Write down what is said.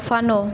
দাফানো